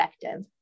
effective